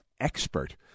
expert